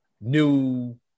New